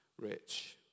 rich